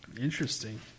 Interesting